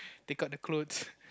take out the clothes